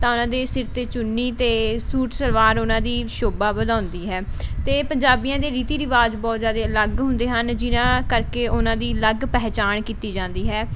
ਤਾਂ ਉਹਨਾਂ ਦੇ ਸਿਰ 'ਤੇ ਚੁੰਨੀ ਅਤੇ ਸੂਟ ਸਲਵਾਰ ਉਹਨਾਂ ਦੀ ਸ਼ੋਭਾ ਵਧਾਉਂਦੀ ਹੈ ਅਤੇ ਪੰਜਾਬੀਆਂ ਦੇ ਰੀਤੀ ਰਿਵਾਜ਼ ਬਹੁਤ ਜ਼ਿਆਦਾ ਅਲੱਗ ਹੁੰਦੇ ਹਨ ਜਿਨ੍ਹਾਂ ਕਰਕੇ ਉਹਨਾਂ ਦੀ ਅਲੱਗ ਪਹਿਚਾਣ ਕੀਤੀ ਜਾਂਦੀ ਹੈ